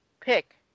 pick